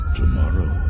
tomorrow